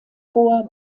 vor